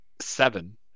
seven